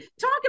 talk